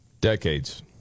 Decades